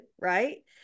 right